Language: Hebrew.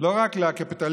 לא רק לקפיטליסטים,